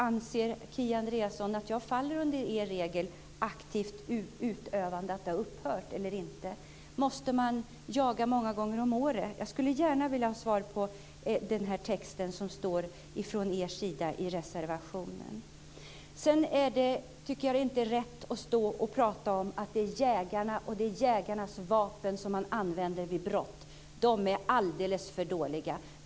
Anser Kia Andreasson att jag faller under er regel om att det aktiva utövandet har upphört eller inte? Måste man jaga många gånger om året? Jag skulle gärna vilja ha svar när det gäller er text i reservationen. Jag tycker inte att det är rätt att stå och tala om att det är jägarnas vapen som används vid brott. Dessa vapen är alldeles för dåliga.